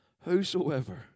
whosoever